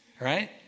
right